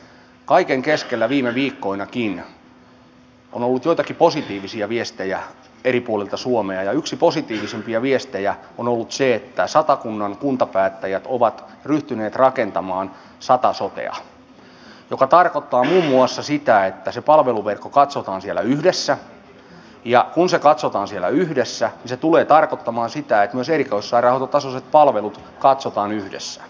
kaiken keskellä viime viikkoinakin on ollut joitakin positiivisia viestejä eri puolilta suomea ja yksi positiivisimpia viestejä on ollut se että satakunnan kuntapäättäjät ovat ryhtyneet rakentamaan satasotea joka tarkoittaa muun muassa sitä että se palveluverkko katsotaan siellä yhdessä ja kun se katsotaan siellä yhdessä niin se tulee tarkoittamaan sitä että myös erikoissairaanhoitotasoiset palvelut katsotaan yhdessä